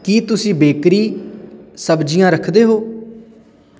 ਕੀ ਤੁਸੀਂ ਬੇਕਰੀ ਸਬਜ਼ੀਆਂ ਰੱਖਦੇ ਹੋ